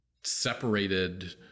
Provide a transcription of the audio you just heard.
separated